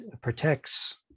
protects